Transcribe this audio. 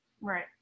Right